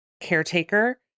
caretaker